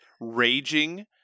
raging